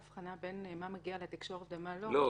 אם ההבחנה היא בין מה מגיע לתקשורת ומה לא --- לא,